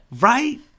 Right